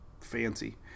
fancy